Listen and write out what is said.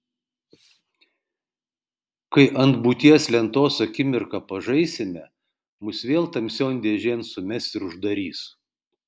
kai ant būties lentos akimirką pažaisime mus vėl tamsion dėžėn sumes ir uždarys